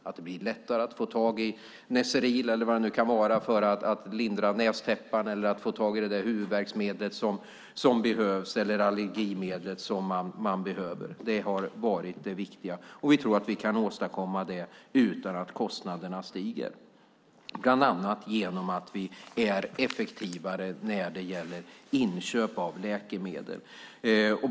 Det ska bli lättare att få tag i Nezeril för att lindra nästäppan och det huvudvärksmedel eller allergimedel som man behöver. Det har varit det viktiga. Vi tror att vi kan åstadkomma detta utan att kostnaderna stiger, bland annat genom att vara effektivare när det gäller inköp av läkemedel.